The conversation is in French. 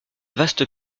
vaste